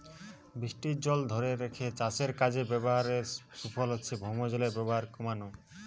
বৃষ্টির জল ধোরে রেখে চাষের কাজে ব্যাভারের সুফল হচ্ছে ভৌমজলের ব্যাভার কোমানা